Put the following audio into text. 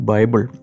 Bible